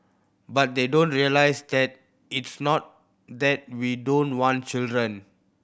but they don't realise that it's not that we don't want children